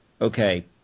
okay